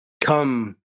come